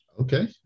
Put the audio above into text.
Okay